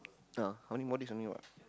uh how many more days only what